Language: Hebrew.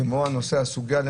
כמו הסוגיה של